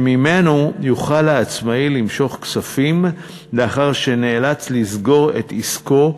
שממנו יוכל העצמאי למשוך כספים לאחר שנאלץ לסגור את עסקו,